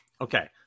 Okay